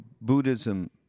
Buddhism